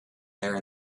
there